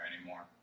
anymore